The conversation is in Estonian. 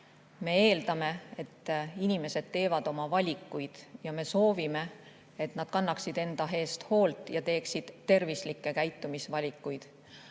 me eeldame, et inimesed teevad oma valikuid. Ja me soovime, et nad kannaksid enda eest hoolt ja teeksid tervislikke käitumisvalikuid.